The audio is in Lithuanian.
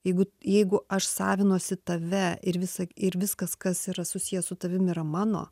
jeigu jeigu aš savinuosi tave ir visa ir viskas kas yra susiję su tavim yra mano